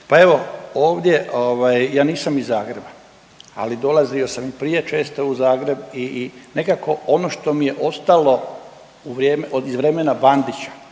pa evo ovdje ja nisam iz Zagreba, ali dolazimo sam i prije četo u Zagreb i nekako ono što mi je ostalo iz vremena Bandića